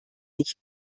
nicht